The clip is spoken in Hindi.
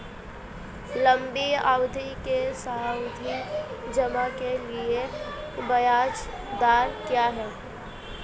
लंबी अवधि के सावधि जमा के लिए ब्याज दर क्या है?